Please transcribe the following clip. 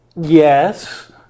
Yes